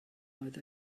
oedd